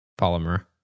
polymer